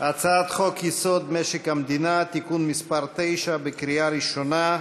הצעת חוק-יסוד: משק המדינה (תיקון מס' 9) בקריאה ראשונה.